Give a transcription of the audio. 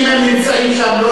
אם הם נמצאים שנה,